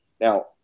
Now